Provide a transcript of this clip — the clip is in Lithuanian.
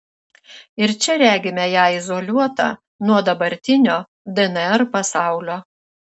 ir čia regime ją izoliuotą nuo dabartinio dnr pasaulio